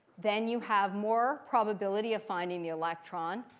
then you have more probability of finding the electron.